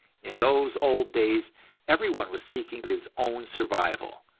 in those old days everyone was seeking his own survival,